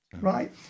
right